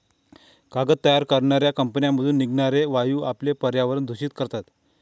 कागद तयार करणाऱ्या कंपन्यांमधून निघणारे वायू आपले पर्यावरण प्रदूषित करतात